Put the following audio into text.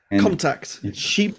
Contact